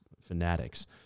fanatics